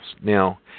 Now